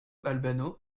albano